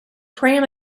pram